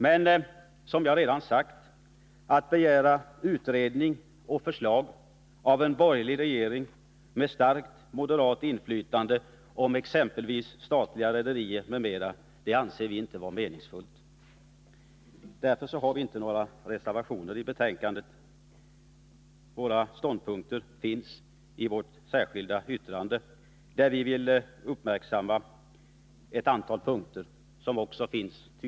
Men — som jag redan sagt — att begära utredningar och förslag av en borgerlig regering med starkt moderat inflytande om exempelvis statliga rederier anser vi inte vara meningsfullt. Därför har vi inte fogat några reservationer till betänkandet. Våra ståndpunkter finns i det särskilda yttrandet, där vi fäst uppmärksamheten på ett antal punkter. Fru talman!